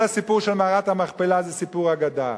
להם שכל הסיפור של מערת המכפלה זה סיפור אגדה?